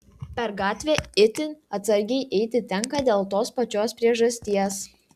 per gatvę itin atsargiai eiti tenka dėl tos pačios priežasties